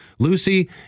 Lucy